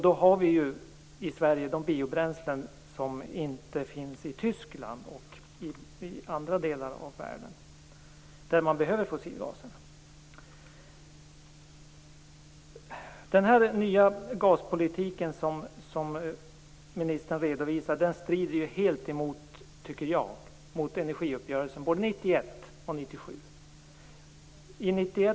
Vi har ju i Sverige biobränslen som inte finns i Tyskland och i andra delar av världen, där man behöver fossilgaserna. Den nya gaspolitiken som ministern redovisar tycker jag strider helt mot energiuppgörelserna både 1991 och 1997.